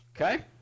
Okay